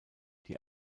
die